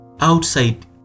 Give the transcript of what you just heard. outside